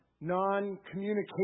non-communication